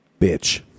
Bitch